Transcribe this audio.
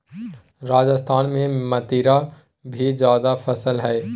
राजस्थान में मतीरी भी जायद फसल हइ